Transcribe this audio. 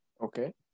Okay